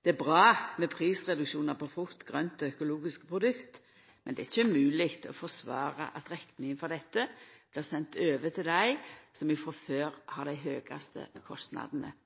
Det er bra med prisreduksjonar på frukt, grønt og økologiske produkt, men det er ikkje mogleg å forsvara at rekninga for dette blir send over til dei som frå før har dei høgaste kostnadene